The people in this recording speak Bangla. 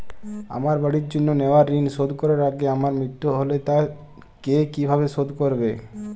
আমার বাড়ির জন্য নেওয়া ঋণ শোধ করার আগে আমার মৃত্যু হলে তা কে কিভাবে শোধ করবে?